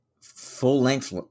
full-length